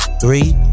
three